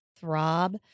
Throb